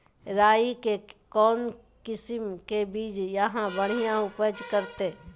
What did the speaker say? राई के कौन किसिम के बिज यहा बड़िया उपज करते?